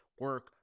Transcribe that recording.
Work